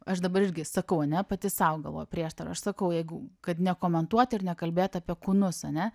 aš dabar irgi sakau ane pati sau galvoju prieštarauju aš sakau jeigu kad nekomentuoti ir nekalbėt apie kūnus ane